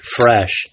fresh